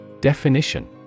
Definition